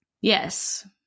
Yes